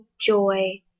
joy